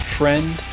friend